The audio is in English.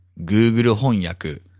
Google翻訳